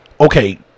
okay